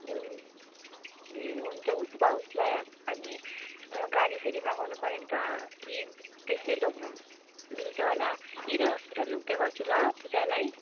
ए ए हुन्छ उसो भए उसलाई हामी गाडी फेरि मगाउनु पऱ्यो नि त कि त्यसै लानु मिल्छ होला इडेन हस्पिटल लाँदै गर्छु ल पूजालाई